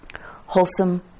Wholesome